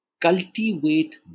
cultivate